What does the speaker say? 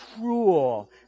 cruel